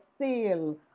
sale